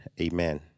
Amen